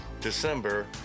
December